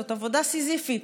זאת עבודה סיזיפית.